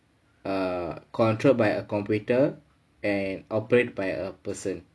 err controlled by a computer and operate by a person